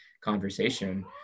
conversation